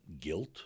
guilt